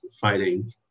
fighting